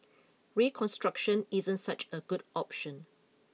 reconstruction isn't such a good option